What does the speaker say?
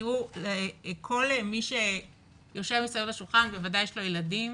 תראו, לכל מי שיושב מסביב לשולחן בוודאי יש ילדים